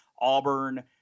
Auburn